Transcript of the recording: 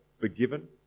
forgiven